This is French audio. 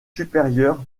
supérieure